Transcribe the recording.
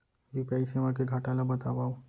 UPI सेवा के घाटा ल बतावव?